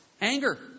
anger